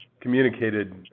communicated